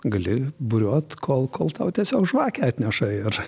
gali buriuot kol kol tau tiesiog žvakę atneša ir